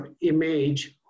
image